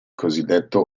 cosiddetto